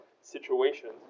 situations